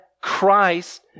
Christ